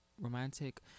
romantic